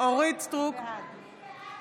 הסתייגות 44, אחרי